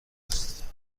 است